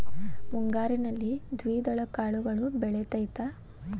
ಮುಂಗಾರಿನಲ್ಲಿ ದ್ವಿದಳ ಕಾಳುಗಳು ಬೆಳೆತೈತಾ?